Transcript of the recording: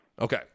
Okay